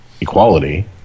equality